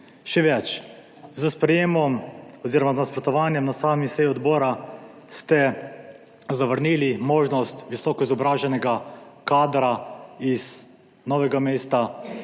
Še več, z nasprotovanjem na seji odbora ste zavrnili možnost visoko izobraženega kadra iz Novega mesta,